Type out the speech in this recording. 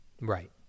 Right